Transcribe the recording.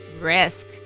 risk